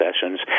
sessions